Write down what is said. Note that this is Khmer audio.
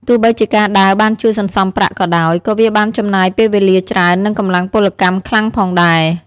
ទោះបីជាការដើរបានជួយសន្សំប្រាក់ក៏ដោយ ក៏វាបានចំណាយពេលវេលាច្រើននិងកម្លាំងពលកម្មខ្លាំងផងដែរ។